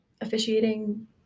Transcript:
officiating